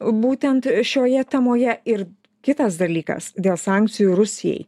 būtent šioje temoje ir kitas dalykas dėl sankcijų rusijai